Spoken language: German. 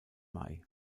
mai